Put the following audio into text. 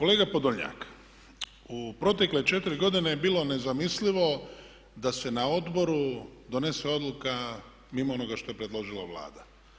Kolega Podolnjak, u protekle 4 godine je bilo nezamislivo da se na odboru donese odluka mimo onoga što je predložila Vlada.